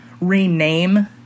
rename